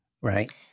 right